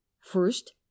first